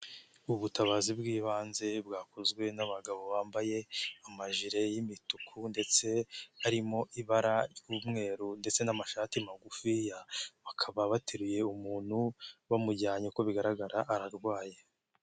Ubutabazi bw'ibanze bwakozwe n'abagabo bambaye amajire y'imituku ndetse harimo ibara ry'umweru ndetse n'amashati magufiya, bakaba bateruye umuntu bamujyanye, uko bigaragara ararwaye.